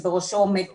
שבראשו עומד פרופ'